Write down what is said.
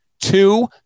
two